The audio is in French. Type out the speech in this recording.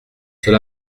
cela